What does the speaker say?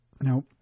Now